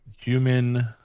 Human